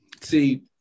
See